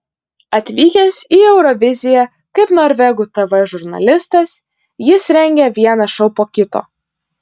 atvykęs į euroviziją kaip norvegų tv žurnalistas jis rengia vieną šou po kito